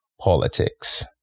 politics